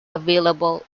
available